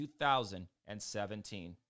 2017